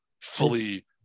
fully